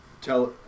tell